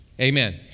Amen